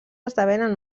esdevenen